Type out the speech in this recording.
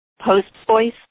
post-voice